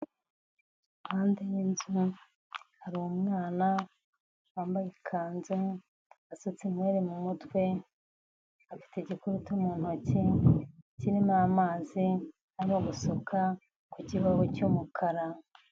Impande y'inzu hari umwana wambaye ikanzu, wasutse nywere mu mutwe, afite igikurutu mu ntoki kirimo amazi, arimo gusuka ku kibaho cy'umukara.